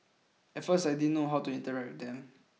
at first I didn't know how to interact with them